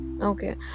Okay